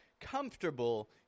comfortable